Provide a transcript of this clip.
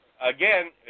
again